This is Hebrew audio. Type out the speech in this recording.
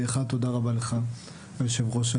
תודה רבה לך היושב ראש,